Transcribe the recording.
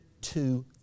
two